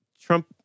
Trump